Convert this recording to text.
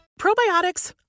Probiotics